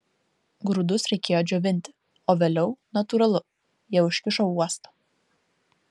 grūdus reikėjo džiovinti o vėliau natūralu jie užkišo uostą